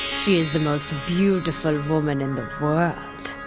she is the most beautiful woman in the world.